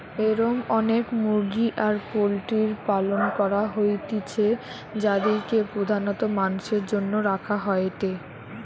এরম অনেক মুরগি আর পোল্ট্রির পালন করা হইতিছে যাদিরকে প্রধানত মাংসের জন্য রাখা হয়েটে